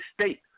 state